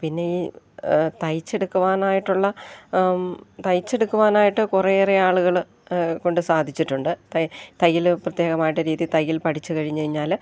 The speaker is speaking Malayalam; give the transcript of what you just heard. പിന്നെ ഈ തയ്ച്ചെടുക്കുവാനായിട്ടുള്ള തയ്ച്ചെടുക്കുവാനായിട്ട് കുറേയേറെ ആളുകൾ കൊണ്ട് സാധിച്ചിട്ടുണ്ട് തൈ തയ്യൽ പ്രത്യേകമായിട്ട് രീതി തയ്യൽ പഠിച്ചു കഴിഞ്ഞു കഴിഞ്ഞാൽ